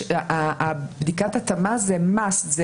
אבל בדיקת ההתאמה זה must.